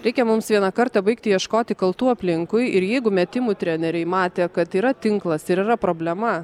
reikia mums vieną kartą baigti ieškoti kaltų aplinkui ir jeigu metimų treneriai matė kad yra tinklas ir yra problema